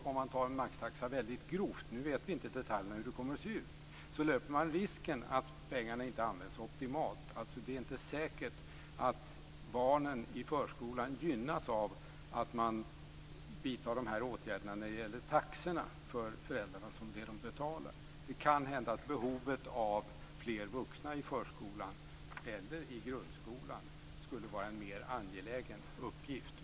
Men om man tar en maxtaxa väldigt grovt löper man en risk att pengarna inte används optimalt. Det är inte säkert att barnen i förskolan gynnas av att man vidtar dessa åtgärder när det gäller taxorna, dvs. det som föräldrarna betalar. Det kan hända att det skulle vara en mer angelägen uppgift att fylla behovet av fler vuxna i förskolan eller i grundskolan.